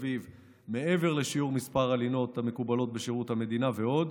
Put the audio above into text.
אביב מעבר לשיעור מספר הלינות המקובל בשירות המדינה ועוד.